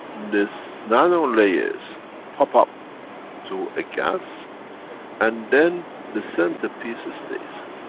this nano layers pop up to a gas and then the center peace stays.